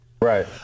Right